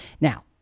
Now